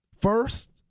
first